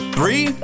Three